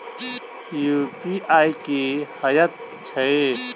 UPI की हएत छई?